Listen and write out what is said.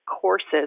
courses